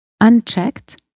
unchecked